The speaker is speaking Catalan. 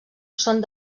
són